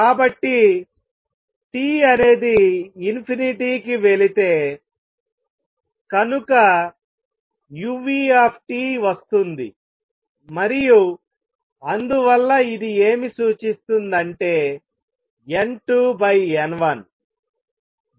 కాబట్టి t అనేది కి వెళితే కనుక uTవస్తుంది మరియు అందువల్ల ఇది ఏమి సూచిస్తుంది అంటే N2 N1